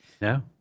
No